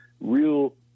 real